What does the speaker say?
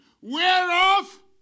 whereof